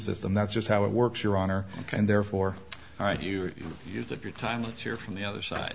system that's just how it works your honor and therefore right you use of your time let's hear from the other side